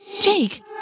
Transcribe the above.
Jake